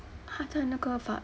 !huh! 在那个